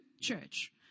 church